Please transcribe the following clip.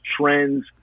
trends